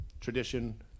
tradition